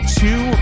two